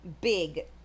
big